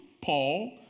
Paul